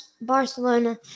Barcelona